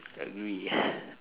agree